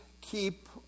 keep